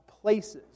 places